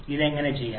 അത് എങ്ങനെ ചെയ്യാം